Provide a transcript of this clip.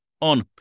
on